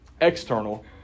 external